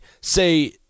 say